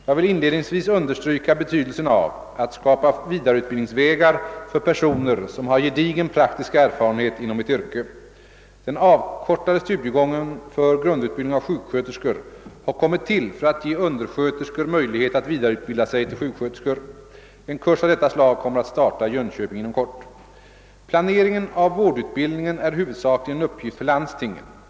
Jag vill inledningsvis understryka betydelsen av att skapa vidareutbildningsvägar för personer som har gedigen praktisk erfarenhet inom ett yrke. Den avkortade studiegången för grundutbildning av sjuksköterskor har kommit till för att ge undersköterskor möjlighet att vidareutbilda sig till sjuksköterskor. En kurs av detta slag kommer att starta i Jönköping inom kort. Planeringen av vårdutbildningen är huvudsakligen en uppgift för landstingen.